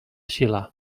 xile